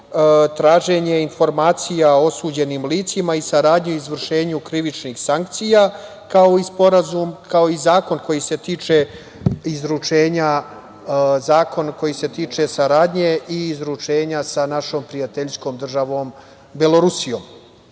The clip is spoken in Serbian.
traženje informacija o osuđenim licima i saradnju u izvršenju krivičnih sankcija, kao i zakon koji se tiče saradnje i izručenja sa našom prijateljskom državom Belorusijom.